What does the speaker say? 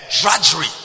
drudgery